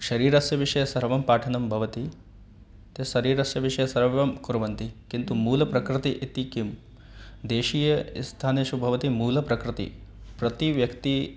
शरीरस्य विषये सर्वं पाठनं भवति ते शरीरस्य विषये सर्वं कुर्वन्ति किन्तु मूलप्रकृतिः इति किं देशीयस्थानेषु भवति मूलप्रकृतिः प्रतीव्यक्तिः